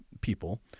people